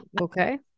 Okay